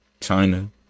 China